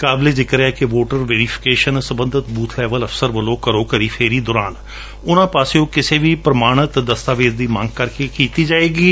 ਕਾਬਲੇ ਜਿਕਰ ਹੈ ਕਿ ਵੋਟਰ ਵੈਰੀਫਿਕੇਸ਼ਨ ਦਾ ਕੰਮ ਸਬੰਧਤ ਬੂਥ ਲੈਵਲ ਅਪਸਰ ਵੱਲੋਂ ਘਰ ਘਰ ਫੇਰੀ ਦੌਰਾਨ ਉਨੂਾਂ ਪਾਸਿਓਂ ਕਿਸੇ ਵੀ ਪ੍ਰਮਾਣਤ ਦਸਤਾਵੇਜ ਦੀ ਮੰਗ ਕਰਕੇ ਕੀਤੀ ਜਾਵੇਗੀ